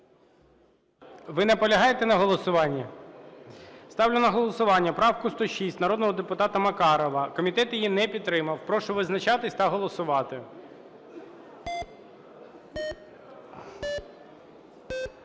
Ви наполягаєте на голосуванні? Ставлю на голосування правку 106 народного депутата Макарова, комітет її не підтримав. Прошу визначатися та голосувати.